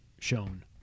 Shown